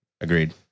Agreed